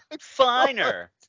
Finer